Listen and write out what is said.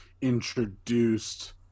introduced